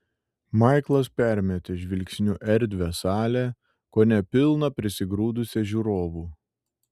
maiklas permetė žvilgsniu erdvią salę kone pilną prisigrūdusią žiūrovų